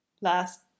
last